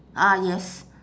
ah yes